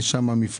יש שם מפעל